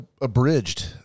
abridged